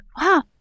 wow